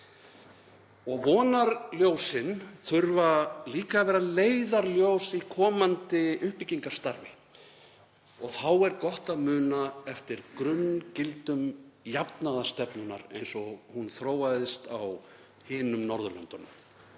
Og vonarljósin þurfa líka að vera leiðarljós í komandi uppbyggingarstarfi. Þá er gott að muna eftir grunngildum jafnaðarstefnunnar eins og hún þróaðist annars staðar á Norðurlöndunum: